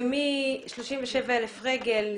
מ-37,000 רגל,